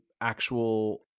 actual